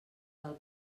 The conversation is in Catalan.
del